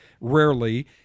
rarely